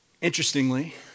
Interestingly